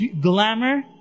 glamour